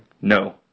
No